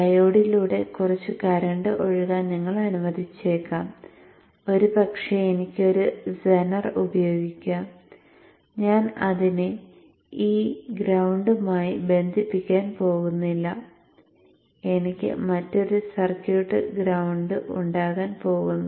ഡയോഡിലൂടെ കുറച്ച് കറന്റ് ഒഴുകാൻ നിങ്ങൾ അനുവദിച്ചേക്കാം ഒരുപക്ഷേ എനിക്ക് ഒരു സെനർ ഉപയോഗിക്കാം ഞാൻ അതിനെ ഈ ഗ്രൌണ്ടുമായി ബന്ധിപ്പിക്കാൻ പോകുന്നില്ല എനിക്ക് മറ്റൊരു സർക്യൂട്ട് ഗ്രൌണ്ട് ഉണ്ടാകാൻ പോകുന്നു